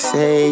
Say